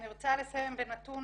אני רוצה לסיים בנתון